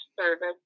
service